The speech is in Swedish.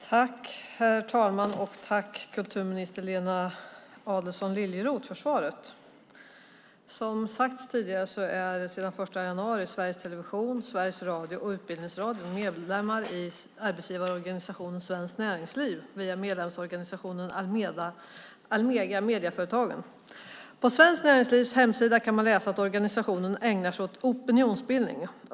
Herr talman! Jag tackar kulturminister Lena Adelsohn Liljeroth för svaret. Som sagts tidigare är sedan den 1 januari Sveriges Television, Sveriges Radio och Utbildningsradion medlemmar i arbetsgivarorganisationen Svenskt Näringsliv via medlemsorganisationen Almega Medieföretagen. På Svenskt Näringslivs hemsida kan man läsa att organisationen ägnar sig åt opinionsbildning.